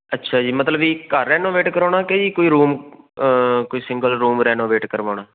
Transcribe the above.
ਅੱਛਾ ਜੀ ਮਤਲਬ ਵੀ ਘਰ ਰੈਨੋਵੇਟ ਕਰਵਾਉਣਾ ਕਿ ਜੀ ਕੋਈ ਰੂਮ ਕੋਈ ਸਿੰਗਲ ਰੂਮ ਰੈਨੋਵੇਟ ਕਰਵਾਉਣਾ